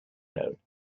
known